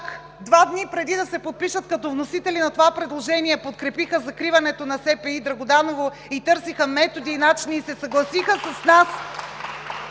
два дни преди да се подпишат като вносители на това предложение, подкрепиха закриването на СПИ „Драгоданово“ и търсеха методи и начини, и се съгласиха с нас